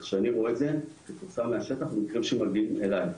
איך שאני רואה את זה מהשטח ממקרים שמגיעים אליי.